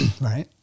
Right